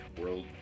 World